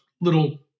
little